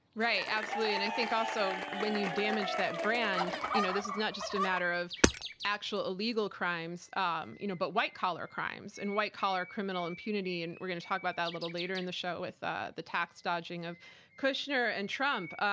right absolutely and think also when you damage that brand you know this is not just a matter of actual illegal crimes um you know but white-collar crimes and white-collar criminal impunity and we're going to talk about that a little later in the show with ah the tax-dodging of kushner and trump.